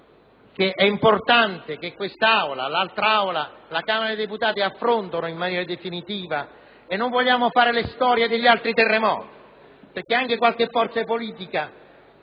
che è importante che quest'Aula e la Camera dei deputati affrontino la questione in maniera definitiva. E non vogliamo fare le storie degli altri terremoti, perché qualche forza politica